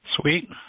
Sweet